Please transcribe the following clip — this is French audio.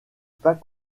pas